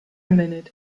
minute